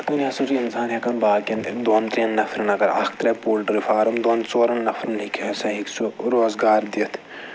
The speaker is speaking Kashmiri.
وۄنۍ ہَسا چھُ اِنسان ہٮ۪کان باقیَن دۄن ترٮ۪ن نفرَن اگر اکھ ترٛایہِ پولٹرٛی فارم دۄن ژورَن نَفرَن ہیٚکہِ ہَسا ہیٚکہِ سُہ روزگار دِتھ